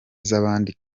z’abandi